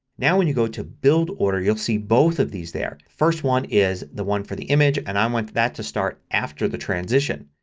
now when you go to build order you see both of these there. first one is the one for the image and i want that to start after the transition.